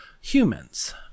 humans